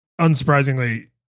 unsurprisingly